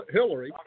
Hillary